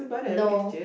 no